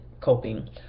coping